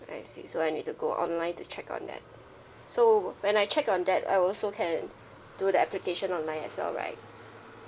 I see so I need to go online to check on that so when I check on that I also can do the application online as well right